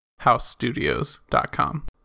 housestudios.com